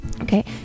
okay